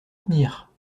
tenir